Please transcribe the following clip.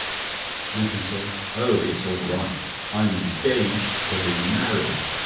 lupin said oh, it's all right! i'm engaged to be married!